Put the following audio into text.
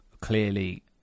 clearly